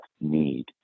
need